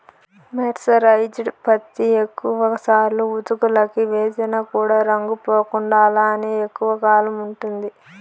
mercerised పత్తి ఎక్కువ సార్లు ఉతుకులకి వేసిన కూడా రంగు పోకుండా అలానే ఎక్కువ కాలం ఉంటుంది